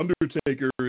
Undertaker